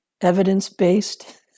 evidence-based